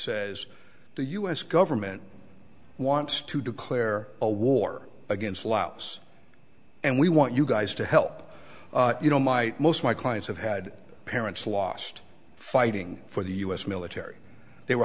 says to us government wants to declare a war against laos and we want you guys to help you know my most my clients have had parents lost fighting for the u s military they were